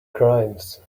crimes